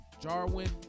Jarwin